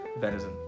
Venison